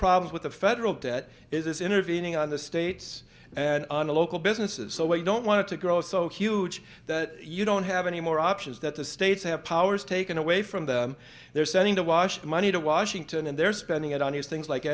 problems with the federal debt is intervening on the states and on the local businesses so we don't want to grow so huge that you don't have any more options that the states have powers taken away from them they're sending to wash the money to washington and they're spending it on these things like